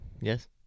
Yes